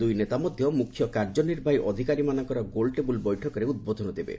ଦୁଇନେତା ମଧ୍ୟ ମୁଖ୍ୟ କାର୍ଯ୍ୟନିର୍ବାହୀ ଅଧିକାରୀମାନଙ୍କର ଗୋଲ୍ଟେବୁଲ୍ ବୈଠକରେ ଉଦ୍ବୋଧନ ଦେବେ